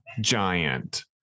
Giant